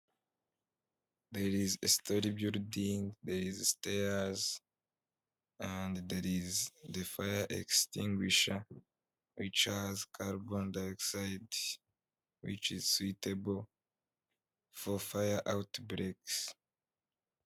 There is a story building there is stairs, and there is the fire extinguisher which has carbon dioxide, which is asuitable for fire outbreaks.